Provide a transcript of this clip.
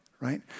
right